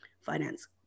finance